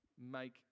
make